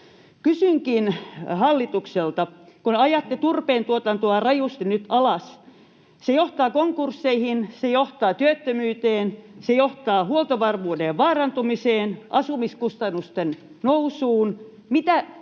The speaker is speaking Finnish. Kysynkin hallitukselta: Kun ajatte turpeen tuotantoa rajusti nyt alas, se johtaa konkursseihin, se johtaa työttömyyteen, se johtaa huoltovarmuuden vaarantumiseen, asumiskustannusten nousuun. Mitä